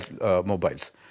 mobiles